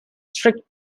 strict